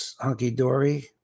hunky-dory